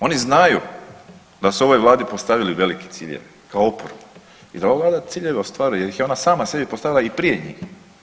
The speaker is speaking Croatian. Oni znaju da su ovoj Vladi postavili velike ciljeve kao oporba i da ova Vlada ciljeve ostvaruje jer ih je ona sama sebi postavila i prije njih.